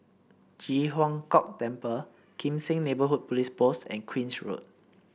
Ji Huang Kok Temple Kim Seng Neighbourhood Police Post and Queen's Road